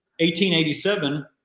1887